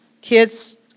Kids